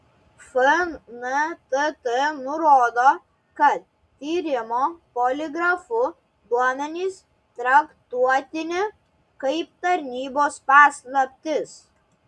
fntt nurodo kad tyrimo poligrafu duomenys traktuotini kaip tarnybos paslaptis